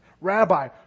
Rabbi